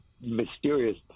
mysterious